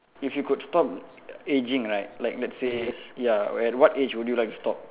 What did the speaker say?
if you could stop aging right like let's say ya at what age would you like to stop